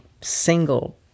single